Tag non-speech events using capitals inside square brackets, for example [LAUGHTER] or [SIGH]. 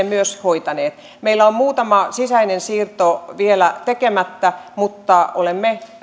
[UNINTELLIGIBLE] myös hoitaneet meillä on muutama sisäinen siirto vielä tekemättä mutta olemme